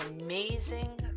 amazing